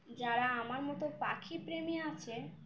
যারা আমার মতো পাখি প্রেমী আছে